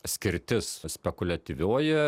skirtis spekuliatyvioji